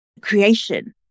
Creation